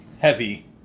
Heavy